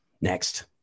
Next